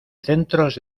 centros